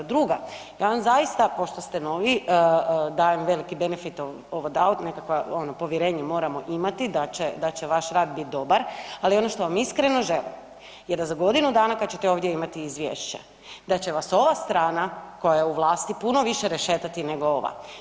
Druga, ja vam, zaista, pošto ste novi, dajem velike benefite ... nekakva ono povjerenje moramo imati da će vaš rad bit dobar, ali ono što vam iskreno želim je da za godinu dana kad ćete ovdje imati izvješće, da će vas ova strana koja je u vlasti puno više rešetati nego ova.